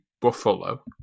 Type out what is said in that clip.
Buffalo